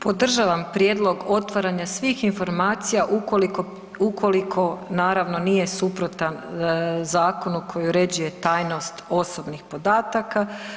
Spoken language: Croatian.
Podržavam prijedlog otvaranja svih informacija ukoliko naravno nije suprotan zakonu koji uređuje tajnost osobnih podataka.